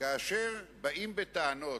כאשר באים בטענות,